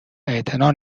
اعتنا